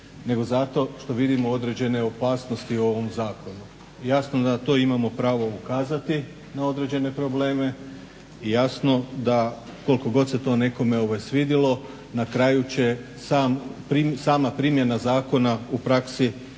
nego što vidimo određene opasnosti u ovom zakonu i jasno na to imamo pravo ukazati na određene probleme i jasno da koliko god se to nekome svidjelo na kraju će sama primjena zakona u praksi